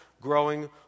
growing